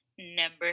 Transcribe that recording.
Number